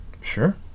Sure